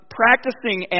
practicing